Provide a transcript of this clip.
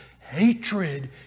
hatred